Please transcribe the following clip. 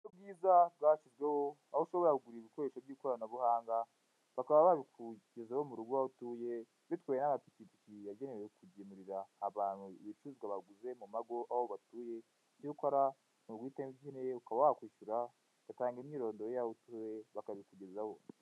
Uburyo bwiza bwashyizweho aho ushobora kugura ibikoresho by'ikoranabuhanga bakaba babikugezaho mu rugo aho utuye bitwawe n'amapikipiki yagenewe kugimurira abantu ibicuruzwa baguze mu mago aho batuye, icyo ukora ni uguhitamo icyo ukeneye ukaba wakwishyura ugatanga imyirondoro yaho utuye bakabikugezaho.